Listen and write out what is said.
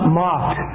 mocked